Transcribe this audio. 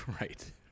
right